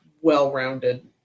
well-rounded